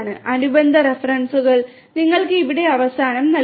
അനുബന്ധ റഫറൻസുകൾ നിങ്ങൾക്ക് ഇവിടെ അവസാനം നൽകുന്നു